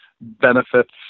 benefits